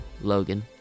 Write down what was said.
logan